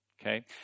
okay